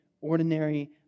ordinary